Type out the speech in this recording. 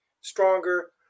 stronger